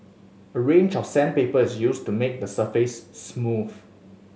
a range of sandpaper is used to make the surface smooth